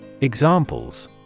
Examples